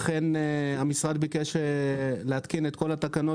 אכן המשרד ביקש להתקין את כל התקנות